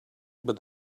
but